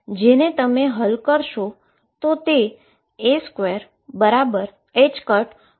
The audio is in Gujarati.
જેને તમે હલ કરશો તો a22mω મળે છે